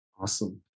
Awesome